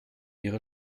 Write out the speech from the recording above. ihre